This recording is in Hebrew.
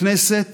הכנסת